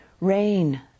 Rain